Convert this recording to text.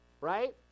right